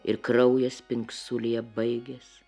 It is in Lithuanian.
ir kraujas spingsulėje baigias